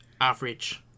average